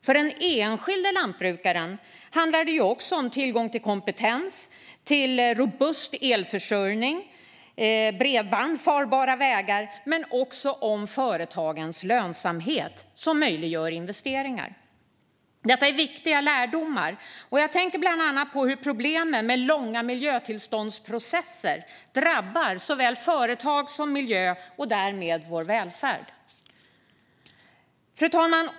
För den enskilde lantbrukaren handlar det även om tillgång till kompetens, robust elförsörjning, bredband och farbara vägar, men också om företagens lönsamhet, som möjliggör investeringar. Detta är viktiga lärdomar. Jag tänker bland annat på hur problemen med långa miljötillståndsprocesser drabbar såväl företag som miljö och därmed vår välfärd. Fru talman!